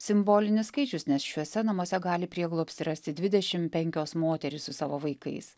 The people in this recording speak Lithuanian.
simbolinis skaičius nes šiuose namuose gali prieglobstį rasti dvidešimt penkios moterys su savo vaikais